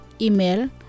Email